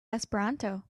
esperanto